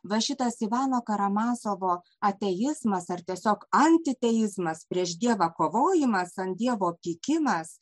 va šitas ivano karamazovo ateizmas ar tiesiog antiteizmas prieš dievą kovojimas ant dievo pykimas